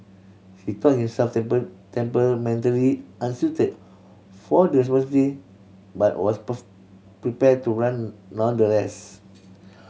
he thought himself temperamentally unsuited for the responsibility but was prepared to run nonetheless